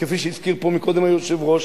כפי שהזכיר פה קודם היושב-ראש.